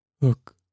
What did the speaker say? look